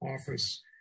office